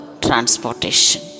transportation